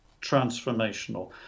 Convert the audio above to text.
transformational